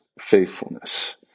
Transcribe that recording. faithfulness